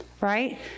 right